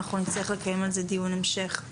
ואנחנו נצטרך לקיים על זה דיון המשך.